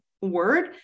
word